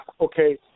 okay